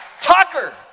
Tucker